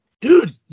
Dude